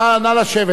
נא לשבת.